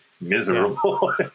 miserable